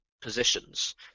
positions